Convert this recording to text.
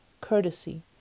courtesy